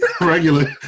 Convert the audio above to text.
regular